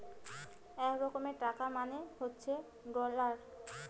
এক রকমের টাকা মানে হচ্ছে ডলার